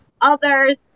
others